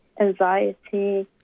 anxiety